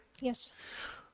Yes